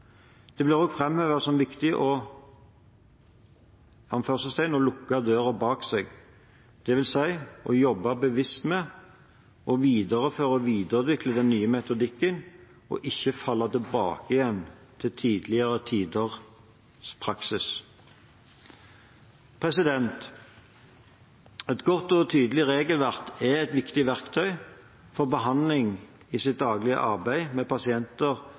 Det blir også framhevet som viktig å «lukke døra bak seg», dvs. jobbe bevisst med å videreføre og videreutvikle den nye metodikken og ikke falle tilbake på tidligere tiders praksis. Et godt og tydelig regelverk er et viktig verktøy for behandlere i deres daglige arbeid med pasienter